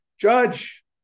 Judge